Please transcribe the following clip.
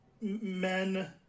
men